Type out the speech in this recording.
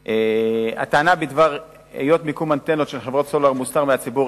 2. אם כן, כמה אנטנות מוצבות